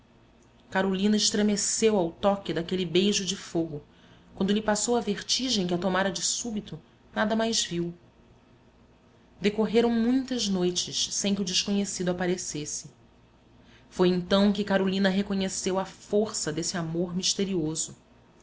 carolina estremeceu ao toque daquele beijo de fogo quando lhe passou a vertigem que a tomara de súbito nada mais viu decorreram muitas noites sem que o desconhecido aparecesse foi então que carolina reconheceu a força desse amor misterioso